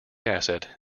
asset